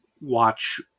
watch